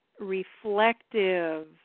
Reflective